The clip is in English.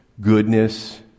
goodness